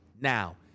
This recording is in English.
Now